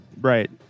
Right